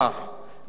וגם אם יש,